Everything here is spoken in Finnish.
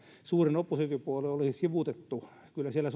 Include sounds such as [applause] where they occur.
suurin oppositiopuolue olisi sivuutettu montaakaan kertaa kyllä siellä [unintelligible]